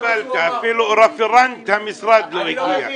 אפילו רפרנט המשרד לא הגיע.